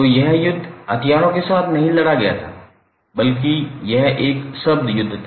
तो यह युद्ध हथियारों के साथ नहीं लड़ा गया था बल्कि यह एक शब्द युद्ध था